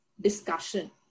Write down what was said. discussion